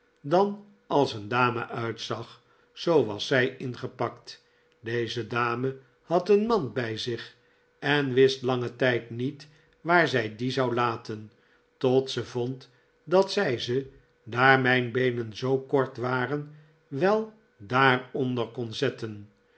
dan als een dame uitzag zoo was zij ingepakt deze dame had een mand bij zich en wist langen tijd niet waar zij die zou laten tot ze vond dat zij ze daar mijn beenen zoo kort waren wel daaronder kon zetten